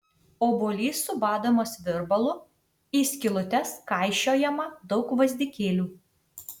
obuolys subadomas virbalu į skylutes kaišiojama daug gvazdikėlių